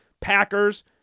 Packers